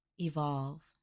evolve